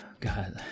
god